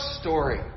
story